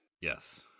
Yes